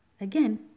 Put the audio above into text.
Again